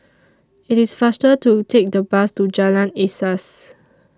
IT IS faster to Take The Bus to Jalan Asas